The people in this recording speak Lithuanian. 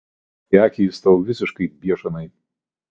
įkrito į akį jis tau visiškai biešanai